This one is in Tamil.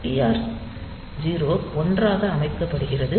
டிஆர் 0 1 ஆக அமைக்கப்படுகிறது